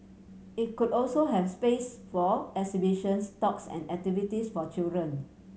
it could also have space for exhibitions talks and activities for children